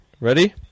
Ready